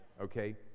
Okay